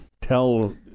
tell